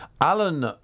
Alan